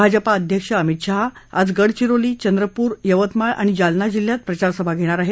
भाजपा अध्यक्ष अमित शहा आज गडचिरोली चंद्रपूर यवतमाळ आणि जालना जिल्ह्यात प्रचारसभा घेणार आहेत